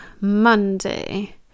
Monday